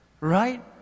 Right